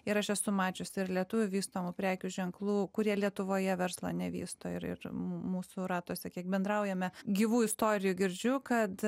ir aš esu mačiusi ir lietuvių vystomų prekių ženklų kurie lietuvoje verslą nevysto ir ir mūsų ratuose kiek bendraujame gyvų istorijų girdžiu kad